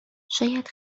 شاید